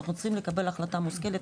אנחנו צריכים לקבל החלטה מושכלת,